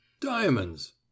diamonds